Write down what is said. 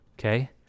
Okay